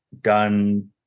done